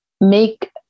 make